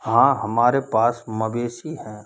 हाँ हमारे पास मवेशी हैं